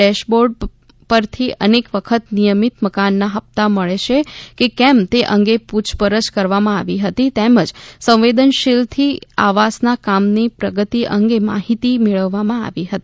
dashboard પરથી અનેક વખત નિયમિત મકાનના હપ્તા મળે છે કે કેમ તે અંગે પુછપરછ કરવામાં આવતી હતી તેમજ સંવેદનશીલતા થી આવાસના કામની પ્રગતિ અંગે માહિતી મેળવવામાં આવતી હતી